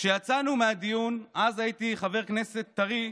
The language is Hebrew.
כשיצאנו מהדיון, אז הייתי חבר כנסת טרי,